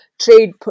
trade